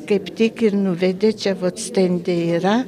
kaip tik ir nuvedė čia vot stende yra